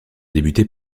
débuté